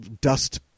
dust